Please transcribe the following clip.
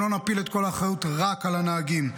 ולא נפיל את כל האחריות רק על הנהגים.